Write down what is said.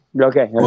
okay